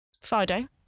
Fido